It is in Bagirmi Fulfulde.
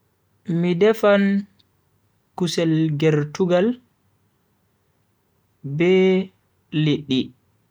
Mi defan kusel gertugal be liddi.